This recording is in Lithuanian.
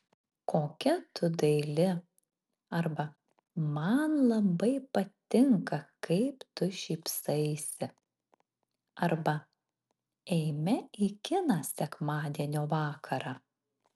kokia tu daili arba man labai patinka kaip tu šypsaisi arba eime į kiną sekmadienio vakarą